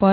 पर